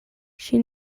she